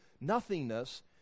nothingness